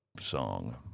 song